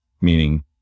meaning